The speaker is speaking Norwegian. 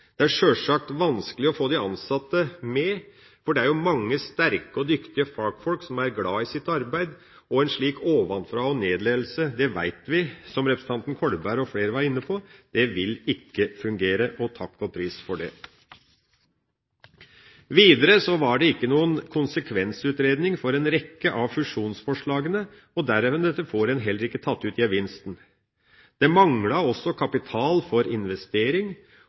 er det sjølsagt vanskelig å få de ansatte med, for det er mange sterke og dyktige fagfolk som er glad i sitt arbeid, og en slik ovenfra-og-ned-ledelse vet vi, som representanten Kolberg og flere var inne på, vil ikke fungere – og takk og pris for det! Videre var det ikke noen konsekvensutredning for en rekke av fusjonsforslagene, og dermed får en heller ikke tatt ut gevinsten. Det manglet også kapital for investering,